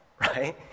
right